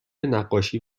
نقاشی